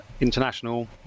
international